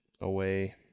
away